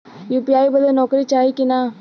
UPI बदे नौकरी चाही की ना?